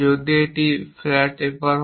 যদি এটি একটি ফ্ল্যাট টেপার হয়